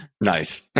Nice